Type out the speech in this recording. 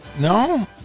No